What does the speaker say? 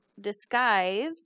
disguise